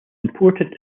important